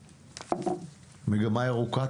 תומר גרטל, מגמה ירוקה,